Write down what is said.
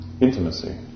intimacy